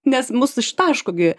nes mus ištaško gi